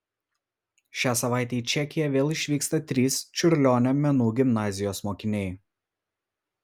šią savaitę į čekiją vėl išvyksta trys čiurlionio menų gimnazijos mokiniai